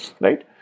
right